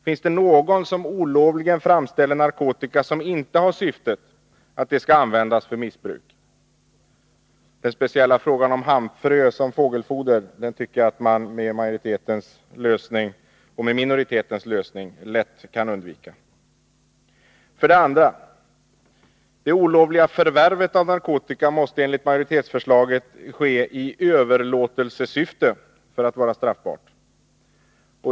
Finns det någon som olovligen framställer narkotika som inte har syftet att narkotikan skall användas för missbruk? Den speciella frågan om hampfrö som fågelfoder kan med minoritetens lösning lätt klaras av. För det andra: Det olovliga förvärvet av narkotika måste enligt majoritetsförslaget ske i överlåtelsesyfte för att vara straffbart.